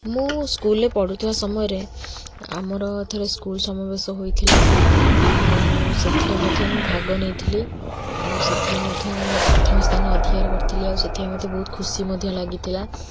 ମୁଁ ସ୍କୁଲ୍ରେ ପଢ଼ୁଥିବା ସମୟରେ ଆମର ଥରେ ସ୍କୁଲ୍ ସମାବେଶ ହୋଇଥିଲା ଆଉ ସେଥିରେ ମଧ୍ୟ ମୁଁ ଭାଗ ନେଇଥିଲି ଆଉ ସେଥିରେ ମଧ୍ୟ ମୁଁ ପ୍ରଥମ ସ୍ଥାନ ଅଧିକାର କରିଥିଲି ଆଉ ସେଥିପାଇଁ ମଧ୍ୟ ମୋତେ ବହୁତ ଖୁସି ମଧ୍ୟ ଲାଗିଥିଲା